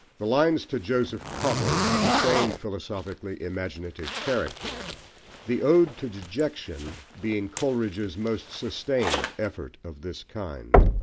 the lines to joseph cottle have the same philosophically imaginative character the ode to dejection being coleridge's most sustained effort of this kind.